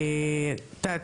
את יודעת,